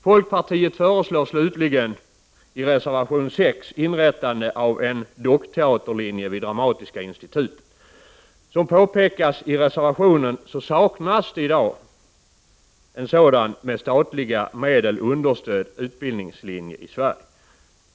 Folkpartiet föreslår slutligen i reservation 6 inrättande av en dockteaterlinje vid Dramatiska institutet. Som påpekas i reservationen saknas i dag en sådan med statliga medel understödd utbildningslinje i Sverige.